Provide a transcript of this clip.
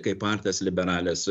kaip artes liberales